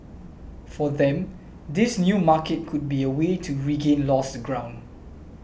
for them this new market could be a way to regain lost ground